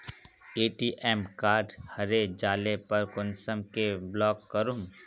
ATM card हरे जाले पर कुंसम के ब्लॉक करूम?